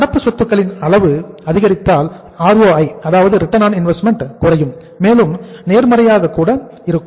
நடப்பு சொத்துக்களின் அளவு அதிகரித்தால் ROI குறையும் மேலும் நேர்மாறாக கூட இருக்கும்